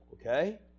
okay